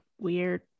weird